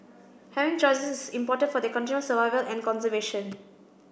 having choices is important for their continual survival and conservation